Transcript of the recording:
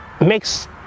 makes